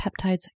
peptides